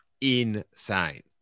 insane